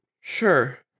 Sure